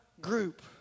group